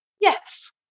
Yes